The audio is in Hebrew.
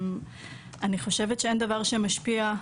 אני חושבת שאין דבר שמשפיע יותר.